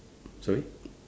sorry